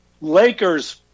Lakers